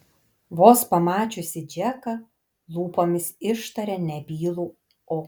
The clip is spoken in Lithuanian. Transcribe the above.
vos pamačiusi džeką lūpomis ištarė nebylų o